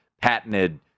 patented